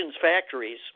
factories